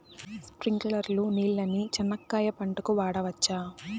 స్ప్రింక్లర్లు నీళ్ళని చెనక్కాయ పంట కు వాడవచ్చా?